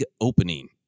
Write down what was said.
opening